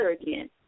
again